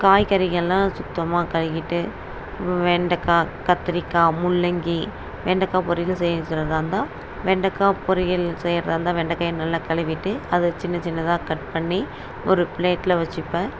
காய்கறிகெல்லாம் சுத்தமாக கழுவிட்டு வெண்டக்காய் கத்திரிக்காய் முள்ளங்கி வெண்டக்காய் பொரியல் இருந்தால் வெண்டக்காய் பொரியல் செய்கிறதா இருந்தால் வெண்டக்காயை நல்லா கழுவிட்டு அதை சின்ன சின்னதாக கட் பண்ணி ஒரு ப்ளேட்டில் வச்சுப்பேன்